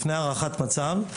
לפני הערכת מצב,